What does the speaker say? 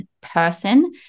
person